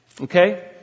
Okay